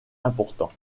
important